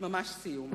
ממש סיום.